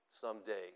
someday